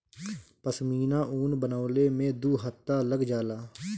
पश्मीना ऊन बनवले में दू हफ्ता लग जाला